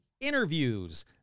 interviews